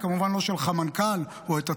היא כמובן לא שלחה מנכ"ל או את עצמה,